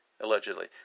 allegedly